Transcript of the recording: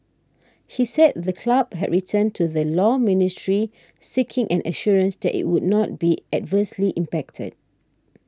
he said the club had written to the Law Ministry seeking an assurance that it would not be adversely impacted